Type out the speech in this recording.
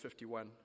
51